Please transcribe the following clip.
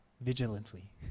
vigilantly